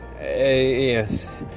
yes